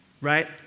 right